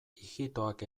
ijitoak